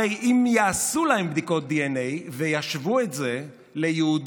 הרי אם יעשו להם בדיקות דנ"א וישוו את זה ליהודים